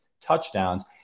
touchdowns